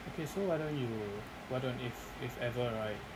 okay so right now you why don't if if ever right